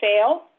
fail